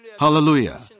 Hallelujah